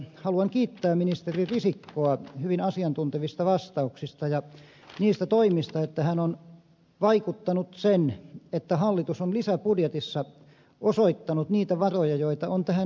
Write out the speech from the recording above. haluan kiittää ministeri risikkoa hyvin asiantuntevista vastauksista ja niistä toimista että hän on vaikuttanut siihen että hallitus on lisäbudjetissa osoittanut niitä varoja joita on tähän saatu